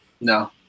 No